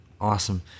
awesome